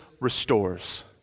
restores